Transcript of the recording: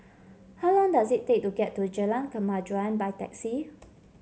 how long does it take to get to Jalan Kemajuan by taxi